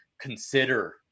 consider